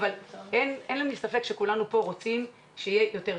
אין לי ספק שכולנו פה רוצים שיהיה יותר טוב.